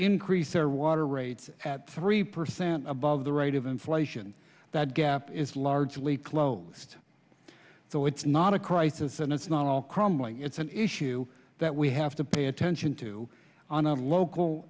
increase their water rates at three percent above the rate of inflation that gap is largely closed so it's not a crisis and it's not all crumbling it's an issue that we have to pay attention to on a local